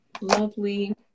Lovely